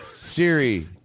Siri